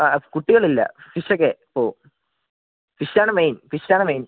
ആ ആ കുട്ടികളില്ല ഫിഷോക്കെ പോകും ഫിഷാണ് മെയിൻ ഫിഷ് ആണ് മെയിൻ